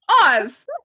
Oz